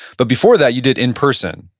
but before that you did in person,